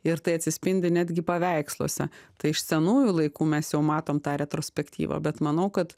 ir tai atsispindi netgi paveiksluose tai iš senųjų laikų mes jau matom tą retrospektyvą bet manau kad